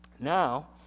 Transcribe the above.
Now